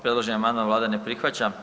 Predloženi amandman vlada ne prihvaća.